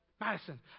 Madison